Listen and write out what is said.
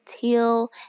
Teal